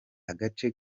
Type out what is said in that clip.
agace